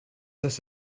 this